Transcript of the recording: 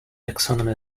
taxonomy